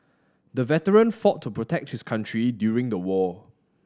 the veteran fought to protect his country during the war